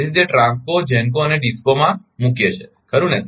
તેથી તે TRANSCOs GENCOs અને DISCOs મૂકીએ છે ખરુ ને